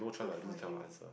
good for you